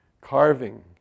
carving